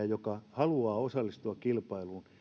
joka haluaa osallistua kilpailuun